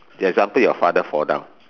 example your father fall down